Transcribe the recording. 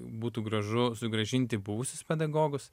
būtų gražu sugrąžinti buvusius pedagogus